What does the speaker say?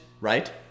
right